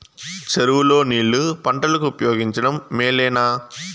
చెరువు లో నీళ్లు పంటలకు ఉపయోగించడం మేలేనా?